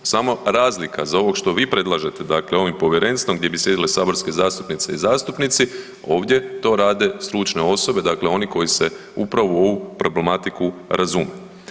Samo razlika za ovo što vi predlažete, dakle ovim povjerenstvom gdje bi sjedile saborske zastupnice i zastupnici ovdje to rade stručne osobe, dakle oni koji se upravo u ovu problematiku razumiju.